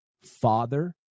father